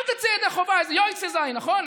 אל תצא ידי חובה, "יוצא זיין", נכון?